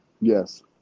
Yes